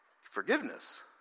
Forgiveness